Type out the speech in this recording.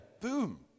boom